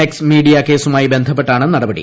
X media കേസുമായി ബന്ധപ്പെട്ടാണ് നടപടി